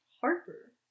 Harper